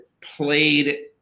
played